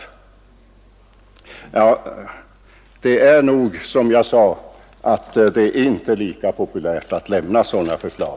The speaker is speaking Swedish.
Men det är nog, som jag sade, inte lika populärt att lämna sådana förslag.